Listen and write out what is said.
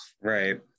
right